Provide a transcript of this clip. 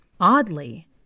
Oddly